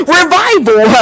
revival